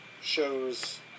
shows